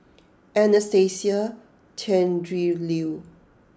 Anastasia Tjendri Liew